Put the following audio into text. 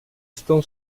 estão